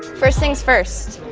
first thing's first,